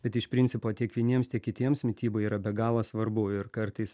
bet iš principo tiek vieniems tiek kitiems mityba yra be galo svarbu ir kartais